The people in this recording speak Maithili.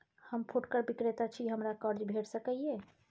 हम फुटकर विक्रेता छी, हमरा कर्ज भेट सकै ये?